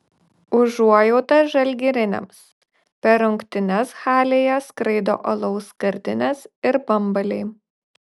užuojauta žalgiriniams per rungtynes halėje skraido alaus skardinės ir bambaliai